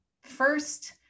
first